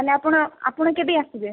ତାହେଲେ ଆପଣ ଆପଣ କେବେ ଆସିବେ